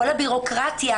כל הביורוקרטיה,